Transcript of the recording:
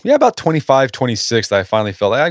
yeah about twenty five, twenty six that i finally felt, yeah,